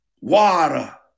water